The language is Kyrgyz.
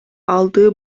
алды